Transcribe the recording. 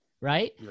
Right